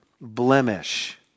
blemish